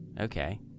Okay